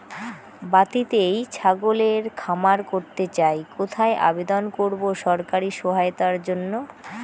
বাতিতেই ছাগলের খামার করতে চাই কোথায় আবেদন করব সরকারি সহায়তার জন্য?